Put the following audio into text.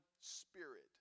spirit